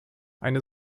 eine